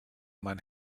mein